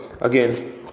Again